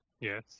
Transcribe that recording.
Yes